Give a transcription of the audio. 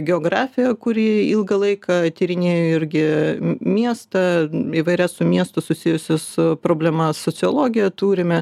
geografija kurį ilgą laiką tyrinėjo irgi miestą įvairias su miestu susijusias problemas sociologiją turime